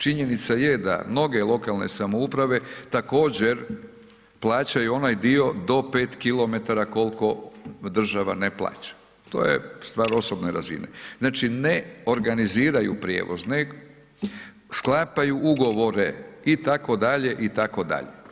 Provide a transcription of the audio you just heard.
Činjenica je da mnoge lokalne samouprave također plaćaju onaj dio do 5 km kolko država ne plaća, to je stvar osobne razine, znači ne organiziraju prijevoz, ne sklapaju ugovore itd., itd.